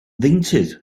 ddeintydd